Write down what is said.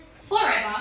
forever